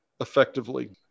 effectively